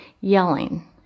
yelling